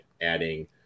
adding